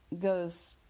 goes